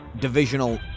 divisional